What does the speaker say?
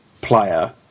player